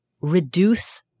reduce